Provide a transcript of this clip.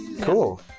Cool